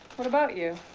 what about you?